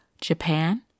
Japan